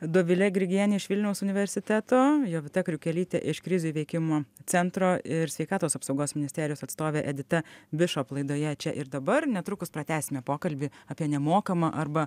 dovilė grigienė iš vilniaus universiteto jovita kriukelytė iš krizių įveikimo centro ir sveikatos apsaugos ministerijos atstovė edita bišop laidoje čia ir dabar netrukus pratęsime pokalbį apie nemokamą arba